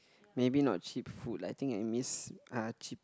maybe not cheap food lah I think I miss ah cheap